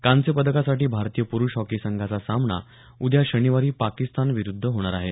कांस्य पदकासाठी भारतीय प्रूष हॉकी संघाचा सामना उद्या शनिवारी पाकिस्तान विरूध्द होणार आहे